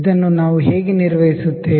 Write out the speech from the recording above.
ಇದನ್ನು ನಾವು ಹೇಗೆ ನಿರ್ವಹಿಸುತ್ತೇವೆ